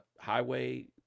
highway